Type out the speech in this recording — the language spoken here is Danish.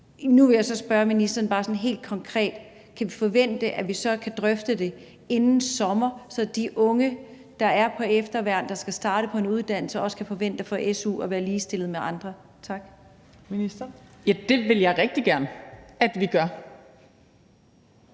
Nu vil jeg så spørge ministeren bare sådan helt konkret: Kan vi forvente, at vi så kan drøfte det inden sommer, så de unge, der er på efterværn, og som skal starte på en uddannelse, også kan forvente at få su og være ligestillet med andre? Tak. Kl. 19:32 Fjerde næstformand